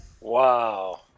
Wow